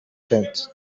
tent